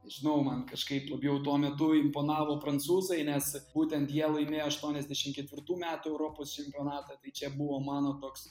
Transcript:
nežinau man kažkaip labiau tuo metu imponavo prancūzai nes būtent jie laimėjo aštuoniasdešim ketvirtų metų europos čempionatą tai čia buvo mano toks